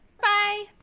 Bye